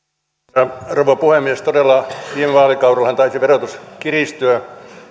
arvoisa rouva puhemies todella viime vaalikaudellahan taisi verotus kiristyä